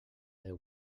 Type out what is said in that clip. deu